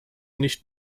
nicht